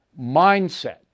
mindset